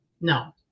No